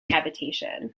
habitation